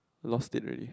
lost it already